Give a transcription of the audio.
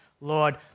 Lord